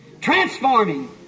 Transforming